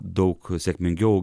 daug sėkmingiau